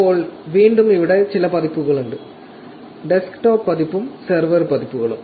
ഇപ്പോൾ വീണ്ടും ഇവിടെ ചില പതിപ്പുകൾ ഉണ്ട് ഡെസ്ക്ടോപ്പ് പതിപ്പും സെർവർ പതിപ്പുകളും